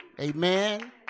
Amen